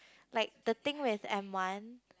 like the thing with M one